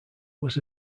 was